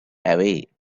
away